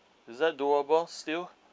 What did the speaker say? is that doable still